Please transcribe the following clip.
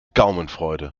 gaumenfreude